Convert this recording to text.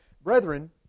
Brethren